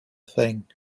thing